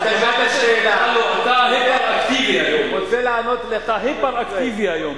זה לא האחים שלך?